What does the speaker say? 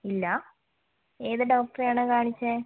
ഇല്ല ഏത് ഡോക്ടറെയാണ് കാണിച്ചത്